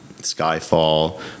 Skyfall